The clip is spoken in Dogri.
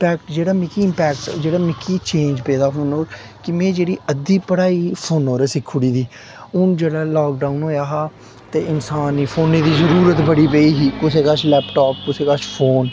इम्पेक्ट जेह्ड़ा मिगी इम्पेक्ट जेह्ड़ा मिगी चेंज पेदा फोना परा कि में जेह्ड़ी अद्धी पढ़ाई फोन पर सिक्खी उड़ी दी हून जेह्ड़ा लॉकडाउन होया हा ते इंसान ई फोनै दी जरूरत बड़ी पेई ही कुसै कश लैपटॉप कुसै कश फोन